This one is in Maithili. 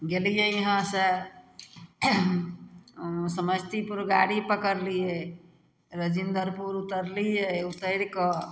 गेलियै इहाँसँ समस्तीपुर गाड़ी पकड़लियै राजेन्द्रपुर उतरलियै उतरिकऽ